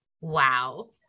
Wow